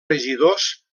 regidors